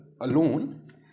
alone